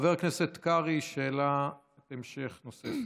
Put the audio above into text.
חבר הכנסת קרעי, שאלת המשך נוספת.